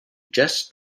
just